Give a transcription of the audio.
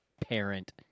parent